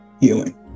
Healing